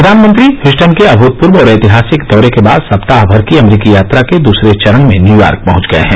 प्रधानमंत्री ह्यूस्टन के अभूतपूर्व और ऐतिहासिक दौरे के बाद सप्ताह भर की अमरीकी यात्रा के दूसरे चरण में न्यूयार्क पहुंच गए हैं